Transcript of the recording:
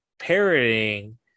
parroting